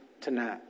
Tonight